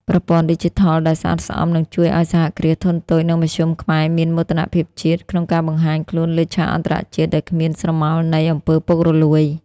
ប្រព័ន្ធឌីជីថលដែលស្អាតស្អំ នឹងជួយឱ្យ សហគ្រាសធុនតូច និងមធ្យម ខ្មែរមាន "មោទនភាពជាតិ" ក្នុងការបង្ហាញខ្លួនលើឆាកអន្តរជាតិដោយគ្មានស្រមោលនៃ អំពើពុករលួយ។